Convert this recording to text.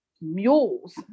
mules